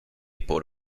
por